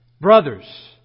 brothers